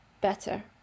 better